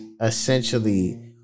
essentially